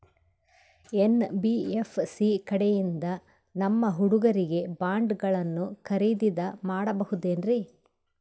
NBFC ಕಡೆಯಿಂದ ನಮ್ಮ ಹುಡುಗರಿಗೆ ಬಾಂಡ್ ಗಳನ್ನು ಖರೀದಿದ ಮಾಡಬಹುದೇನ್ರಿ?